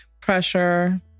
pressure